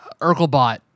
Urkelbot